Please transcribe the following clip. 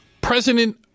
President